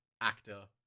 actor